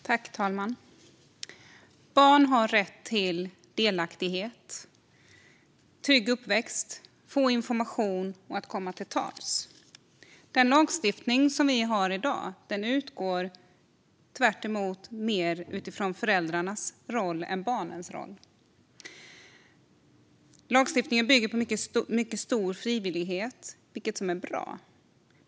Fru talman! Barn har rätt till delaktighet, en trygg uppväxt, att få information och att komma till tals. Den lagstiftning vi har i dag utgår dock mer från föräldrarnas roll än barnens. Lagstiftningen bygger på mycket stor frivillighet. Det är bra.